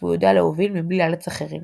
והוא יודע להוביל מבלי לאלץ אחרים,